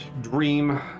dream